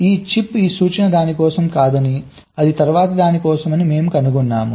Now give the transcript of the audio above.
ఈ చిప్ ఈ సూచన దాని కోసం కాదని అది తరువాతి దాని కోసం అని మేము కనుగొన్నాము